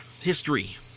history